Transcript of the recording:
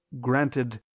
granted